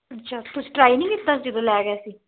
ਅੱਛਾ ਤੁਸੀਂ ਟਰਾਈ ਨਹੀਂ ਕੀਤਾ ਜਦੋਂ ਲੈ ਗਏ ਸੀ